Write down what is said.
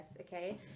okay